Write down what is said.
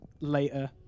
later